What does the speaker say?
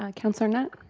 um councilor knutt?